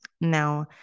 Now